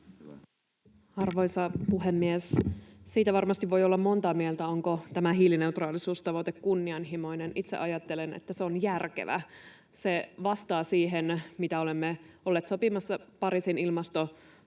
Arvoisa puhemies! Siitä varmasti voi olla montaa mieltä, onko tämä hiilineutraalisuustavoite kunnianhimoinen. Itse ajattelen, että se on järkevä. Se vastaa siihen, mitä olemme olleet sopimassa Pariisin ilmastosopimuksessa